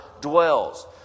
dwells